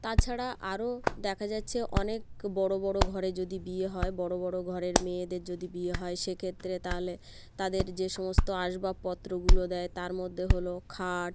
তাছাড়া আরও দেখা যাচ্ছে অনেক বড় বড় ঘরে যদি বিয়ে হয় বড় বড় ঘরের মেয়েদের যদি বিয়ে হয় সেক্ষেত্রে তাহলে তাদের যে সমস্ত আসবাবপত্রগুলো দেয় তার মধ্যে হল খাট